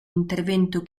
intervento